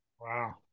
Wow